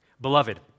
Beloved